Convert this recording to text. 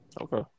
Okay